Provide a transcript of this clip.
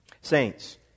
Saints